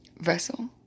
vessel